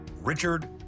Richard